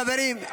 חברים,